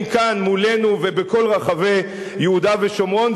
כאן מולנו ובכל רחבי יהודה ושומרון.